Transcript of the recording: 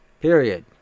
Period